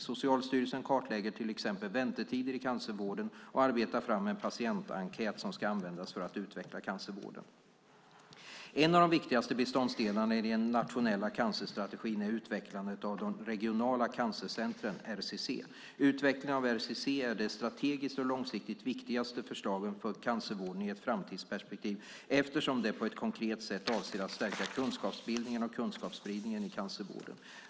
Socialstyrelsen kartlägger till exempel väntetider i cancervården och arbetar fram en patientenkät som ska användas för att utveckla cancervården. En av de viktigaste beståndsdelarna i den nationella cancerstrategin är utvecklandet av regionala cancercentrum, RCC. Utvecklingen av RCC är det strategiskt och långsiktigt viktigaste förslaget för cancervården i ett framtidsperspektiv eftersom det på ett konkret sätt avser att stärka kunskapsbildning och kunskapsspridning i cancervården.